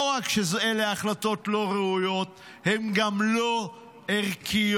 לא רק שאלה החלטות לא ראויות, הן גם לא ערכיות.